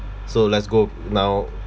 so let's go now